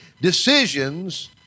decisions